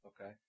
Okay